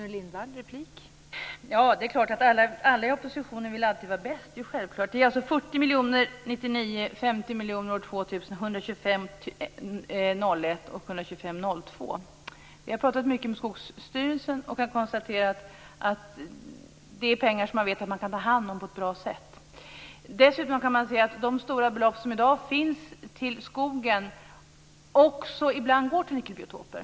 Fru talman! Det är klart att alla i oppositionen vill alltid vara bäst. Det är självklart. Det handlar alltså om 40 miljoner år 1999, 50 miljoner år 2000, 125 Vi har talat mycket med Skogsstyrelsen och kan konstatera att det är pengar som man vet att man kan ta hand om på ett bra sätt. De stora belopp som i dag finns till skogen går ibland också till nyckelbiotoper.